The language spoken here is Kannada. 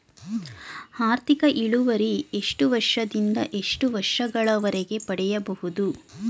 ಆರ್ಥಿಕ ಇಳುವರಿ ಎಷ್ಟು ವರ್ಷ ದಿಂದ ಎಷ್ಟು ವರ್ಷ ಗಳವರೆಗೆ ಪಡೆಯಬಹುದು?